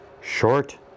Short